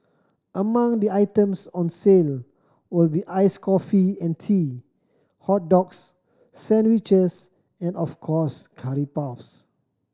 among the items on sale will be iced coffee and tea hot dogs sandwiches and of course curry puffs